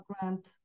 grant